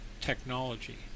technology